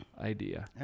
idea